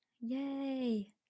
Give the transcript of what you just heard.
Yay